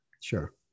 Sure